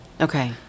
Okay